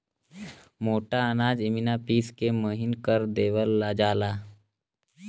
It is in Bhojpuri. मोटा अनाज इमिना पिस के महीन कर देवल जाला